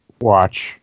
Watch